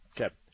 Okay